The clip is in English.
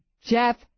Jeff